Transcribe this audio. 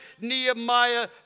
Nehemiah